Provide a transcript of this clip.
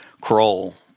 crawl